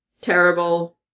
Terrible